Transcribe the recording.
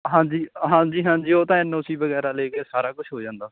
ਹਾਂਜੀ ਹਾਂਜੀ ਹਾਂਜੀ ਉਹ ਤਾਂ ਐਨ ਓ ਸੀ ਵਗੈਰਾ ਲੇ ਕੇ ਸਾਰਾ ਕੁੱਝ ਹੋ ਜਾਂਦਾ